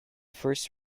first